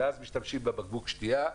ואז משתמשים בבקבוק השתייה,